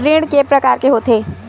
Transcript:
ऋण के प्रकार के होथे?